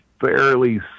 fairly